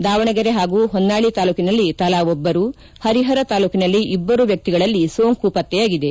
ದಾವಣಗೆರೆ ಹಾಗೂ ಹೊನ್ನಾಳಿ ತಾಲೂಕಿನಲ್ಲಿ ತಲಾ ಒಬ್ಬರು ಪರಿಹರ ತಾಲೂಕಿನಲ್ಲಿ ಇಬ್ಬರು ವ್ಯಕ್ತಿಗಳಲ್ಲಿ ಸೋಂಕು ಪತ್ತೆಯಾಗಿದೆ